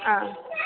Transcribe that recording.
ആ